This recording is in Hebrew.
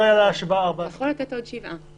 לא יעלה על --- הוא יכול לתת עוד שבעה.